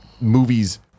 movies